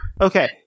Okay